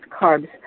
carbs